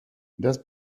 das